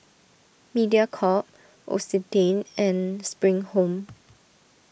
Mediacorp L'Occitane and Spring Home